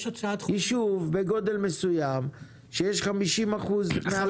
ישוב בגודל מסוים שיש 50% מהלקוחות --- חבר